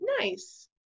Nice